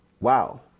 wow